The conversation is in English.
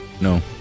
no